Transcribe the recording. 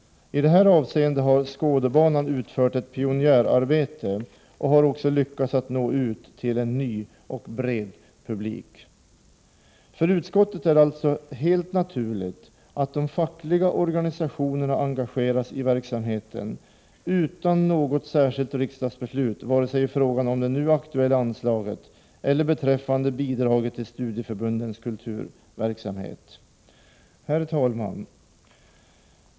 I detta avseende har Skådebanan utfört ett pionjärarbete och har också lyckats nå ut till en ny och bred publik. För utskottet är det alltså helt naturligt att de fackliga organisationerna engageras i verksamheten utan något särskilt riksdagsbeslut vare sig i fråga om det nu aktuella anslaget eller beträffande bidraget till studieförbundens kulturverksamhet. Herr talman!